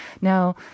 Now